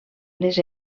les